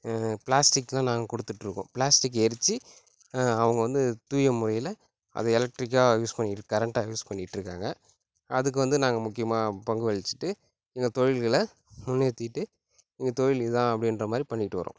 பிளாஸ்டிக்லாம் நாங்கள் கொடுத்துட்டு இருக்கோம் பிளாஸ்டிக்கை எரித்து அவங்க வந்து தூய முறையில் அதை எலெக்ட்ரிக்கா யூஸ் பண்ணி கரெண்ட்டாக யூஸ் பண்ணிகிட்டு இருக்காங்க அதுக்கு வந்து நாங்கள் முக்கியமாக பங்கு வகிச்சுட்டு எங்கள் தொழில்களை முன்னேற்றிட்டு எங்கள் தொழில் இதுதான் அப்படின்ற மாதிரி பண்ணிகிட்டு வரோம்